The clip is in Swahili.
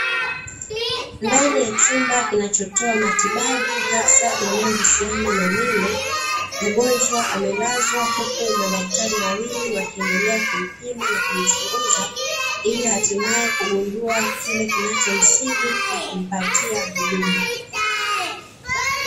Ndani ya chumba kinachotoa matibabu hasa yanayohusiana na meno, mgonjwa amelazwa huku madaktari wawili wakiendelea kumpima na kumchunguza, ili hatimaye kugundua kile kinachomsibu, na kumpatia huduma.